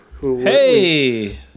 Hey